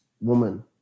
woman